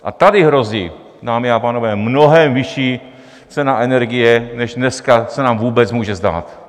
A tady hrozí, dámy a pánové, mnohem vyšší cena energie, než dneska se nám vůbec může zdát.